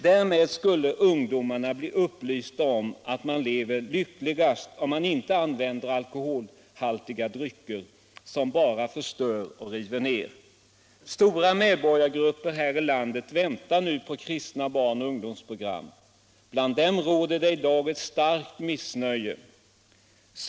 Därmed skulle ungdomarna bli upplysta om att man lever lyckligast om man inte använder alkoholhaltiga drycker, som bara förstör debatt Allmänpolitisk debatt och river ner. Stora medborgargrupper här i landet väntar nu på kristna barn och ungdomsprogram. Bland dem råder det i dag ett starkt missnöje.